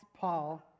Paul